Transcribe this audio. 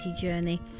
journey